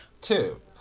Two